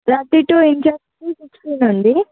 thirty two ఇంచెస్కి sixteen అండి